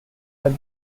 have